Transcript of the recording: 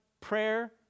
prayer